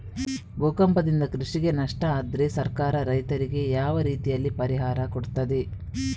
ಭೂಕಂಪದಿಂದ ಕೃಷಿಗೆ ನಷ್ಟ ಆದ್ರೆ ಸರ್ಕಾರ ರೈತರಿಗೆ ಯಾವ ರೀತಿಯಲ್ಲಿ ಪರಿಹಾರ ಕೊಡ್ತದೆ?